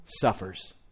suffers